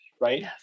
right